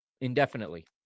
indefinitely